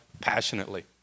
passionately